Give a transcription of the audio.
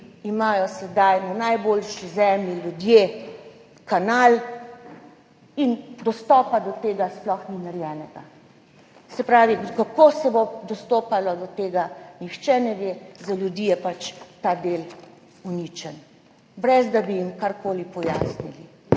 njivi sedaj na najboljši zemlji kanal in dostopa do tega sploh ni narejenega, se pravi, kako se bo dostopalo do tega, nihče ne ve, za ljudi je pač ta del uničen, brez da bi jim karkoli pojasnili.